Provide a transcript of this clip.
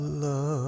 love